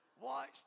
Watch